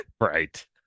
Right